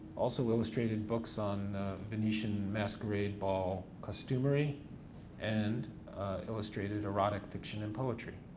also illustrated books on venetian masquerade ball costumery and illustrated erotic fiction and poetry.